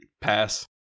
Pass